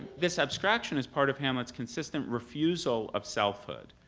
this abstraction is part of hamlet's consistent refusal of self-hood,